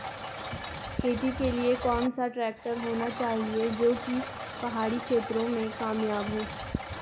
खेती के लिए कौन सा ट्रैक्टर होना चाहिए जो की पहाड़ी क्षेत्रों में कामयाब हो?